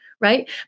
Right